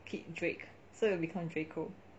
my kid drake so it'll become drake koh